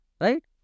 Right